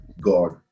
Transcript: God